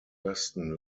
weston